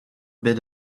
bit